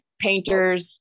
painters